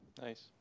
Nice